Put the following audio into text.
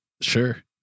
sure